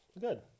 Good